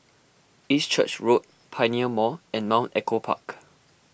East Church Road Pioneer Mall and Mount Echo Park